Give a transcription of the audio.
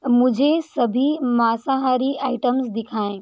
मुझे सभी मांसाहारी आइटम्स दिखाएँ